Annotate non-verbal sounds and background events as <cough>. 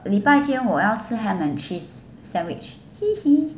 礼拜天我要吃 ham and cheese sandwich <laughs>